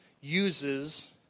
uses